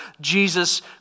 Jesus